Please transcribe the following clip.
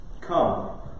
Come